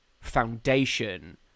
foundation